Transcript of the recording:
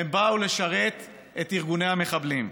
הן באו לשרת את ארגוני המחבלים,